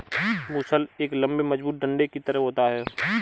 मूसल एक लम्बे मजबूत डंडे की तरह होता है